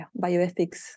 bioethics